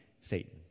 Satan